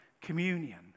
communion